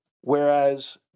whereas